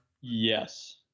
Yes